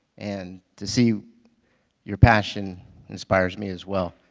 and to see your passion inspires me as well.